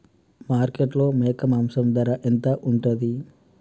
మార్కెట్లో మేక మాంసం ధర ఎంత ఉంటది?